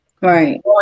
Right